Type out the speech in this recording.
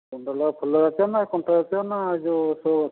ଫୁଲ ଜାତୀୟ ନା କଣ୍ଟା ଜାତୀୟ ନା ଏଇ ଯୋଉ ସୋ' ଗଛ